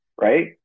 right